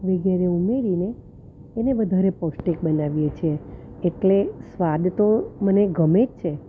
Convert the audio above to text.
વગેરે ઉમેરીને એને વધારે પૌષ્ટિક બનાવીએ છીએ એટલે સ્વાદ તો મને ગમે જ છે